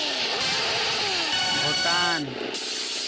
Bhutan